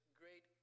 great